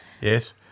Yes